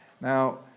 Now